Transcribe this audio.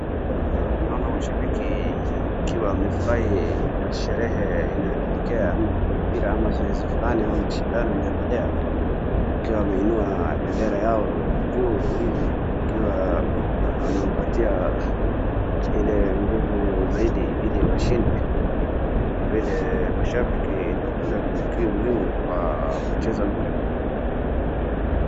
Hapa naona washabiki wakiwa wamefurahi, kuna sherehe inaelekea ama kuna mpira ama zoezi fulani inaendelea, akiwa wameinua bendera yao juu hivi wakiwa anampatia ile nguvu zaidi ili washinde kwa vile washabiki ndio muhimu kwa kucheza mpira.